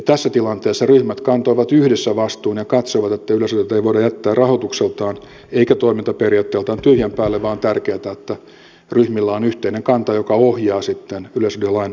tässä tilanteessa ryhmät kantoivat yhdessä vastuun ja katsoivat että yleisradiota ei voida jättää rahoitukseltaan eikä toimintaperiaatteeltaan tyhjän päälle vaan tärkeätä on että ryhmillä on yhteinen kanta joka ohjaa sitten yleisradiolain valmistelua